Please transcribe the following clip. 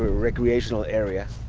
recreational area.